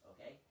Okay